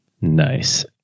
Nice